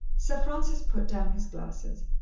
sir francis put down his glasses.